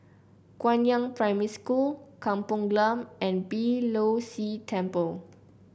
Guangyang Primary School Kampong Glam and Beeh Low See Temple